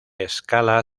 escala